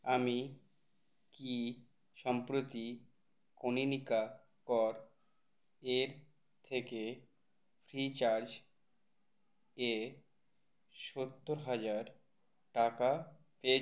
আমি কি সম্প্রতি কনীনিকা কর এর থেকে ফ্রিচার্জ এ সত্তর হাজার টাকা পেয়েছি